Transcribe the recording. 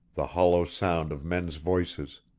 the hollow sound of men's voices.